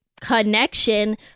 connection